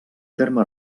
terme